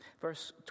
Verse